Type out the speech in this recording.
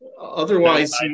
otherwise